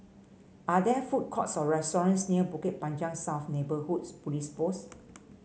are there food courts or restaurants near Bukit Panjang South Neighbourhood Police Post